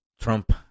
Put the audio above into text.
Trump